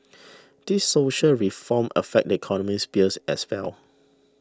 these social reforms affect the economic spheres as well